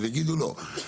אז יגידו לא,